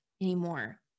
anymore